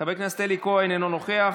חבר הכנסת אלי כהן, אינו נוכח,